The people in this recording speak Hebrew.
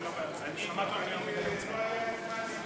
אדוני היושב-ראש, כנסת